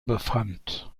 befand